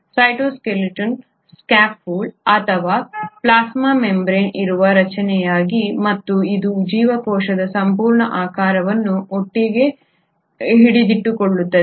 cytoskeleton scaffold ಅಥವಾ plasma membrane ಇರುವ ರಚನೆಯಾಗಿದೆ ಮತ್ತು ಇದು ಜೀವಕೋಶದ ಸಂಪೂರ್ಣ ಆಕಾರವನ್ನು ಒಟ್ಟಿಗೆ ಹಿಡಿದಿಟ್ಟುಕೊಳ್ಳುತ್ತದೆ